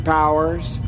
Powers